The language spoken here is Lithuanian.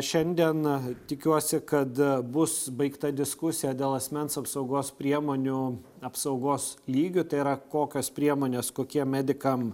šiandien tikiuosi kad bus baigta diskusija dėl asmens apsaugos priemonių apsaugos lygiu tai yra kokios priemonės kokiem medikam